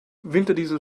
winterdiesel